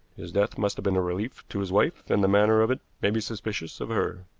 his death must have been a relief to his wife, and the manner of it made me suspicious of her.